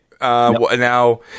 Now